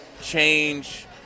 change